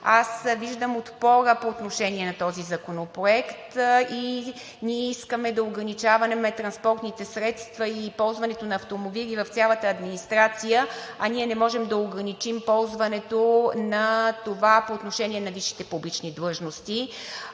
Аз виждам отпора по отношение на този законопроект и ние искаме да ограничаваме транспортните средства и ползването на автомобили в цялата администрация, а ние не можем да ограничим ползването на това по отношение на висшите публични длъжности.